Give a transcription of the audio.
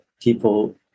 people